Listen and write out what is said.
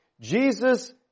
Jesus